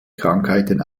krankheiten